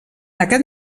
aquest